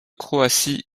croatie